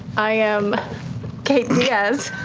i am kait diaz